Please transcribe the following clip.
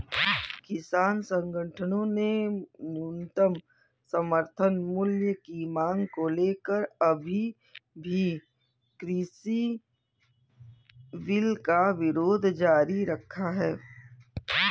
किसान संगठनों ने न्यूनतम समर्थन मूल्य की मांग को लेकर अभी भी कृषि बिल का विरोध जारी रखा है